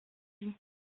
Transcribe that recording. lit